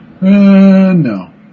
no